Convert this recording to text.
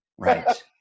Right